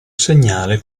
segnale